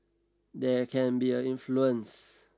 there can be an influence